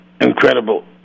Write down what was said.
incredible